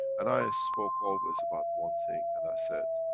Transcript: and, i spoke always about one thing. and i said,